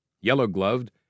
yellow-gloved